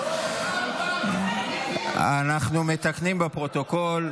אנחנו מתקנים בפרוטוקול.